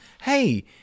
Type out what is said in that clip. hey